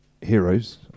Heroes